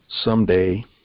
someday